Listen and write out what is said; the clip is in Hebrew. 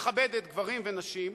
מכבדת גברים ונשים,